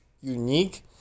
unique